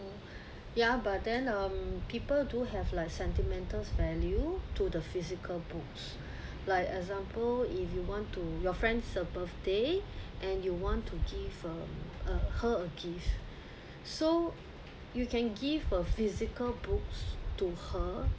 ya but then um people do have like sentimental value to the physical books like example if you want to your friend's birthday and you want to give her a gift so you can give a physical books to her